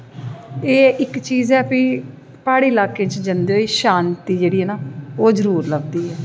ते इक चीज़ ऐ फ्ही प्हाड़ी लाह्कें च जंदे शांति ऐ ना जेह्ड़ी ओह् जरूर लब्भदी ऐ